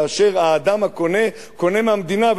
והאדם הקונה קונה מהמדינה,